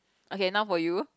okay now for you